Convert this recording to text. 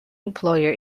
employer